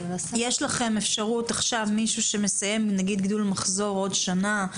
אם מישהו מסיים גידול מחזור עוד שנה,